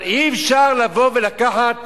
אבל אי-אפשר לבוא ולקחת